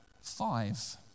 five